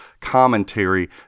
commentary